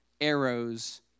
Arrows